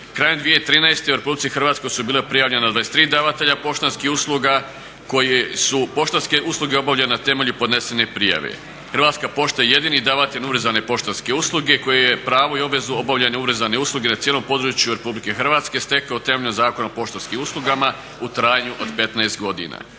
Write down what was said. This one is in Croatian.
Krajem 2013.u RH su bila prijavljena 23 davatelja poštanskih usluga koje su poštanske usluge obavljali na temelju podnesene prijave. Hrvatska pošta je jedini davatelj univerzalne poštanske usluge koje je pravo i obvezu obavljanja univerzalne usluge na cijelom području RH stekao temeljem Zakona o poštanskim uslugama u trajanju od 15 godina.